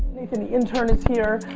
nathan, the intern is here.